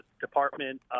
department